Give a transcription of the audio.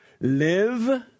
Live